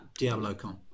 DiabloCon